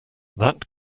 that